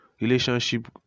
relationship